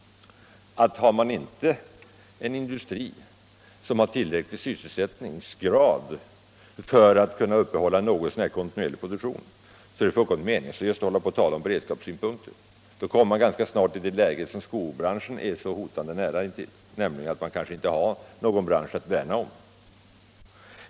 Har man inte en industri som har en tillräcklig sysselsättningsgrad för att kunna upprätthålla en något så när kontinuerlig produktion är det fullkomligt meningslöst att tala om beredskapssynpunkter. Då kommer man snart i det läge som skobranschen är så hotande nära, nämligen att man inte har någon bransch att värna om.